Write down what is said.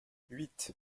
huit